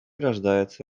рождается